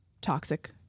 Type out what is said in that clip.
toxic